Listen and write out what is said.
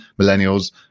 Millennials